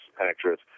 actress